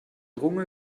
runge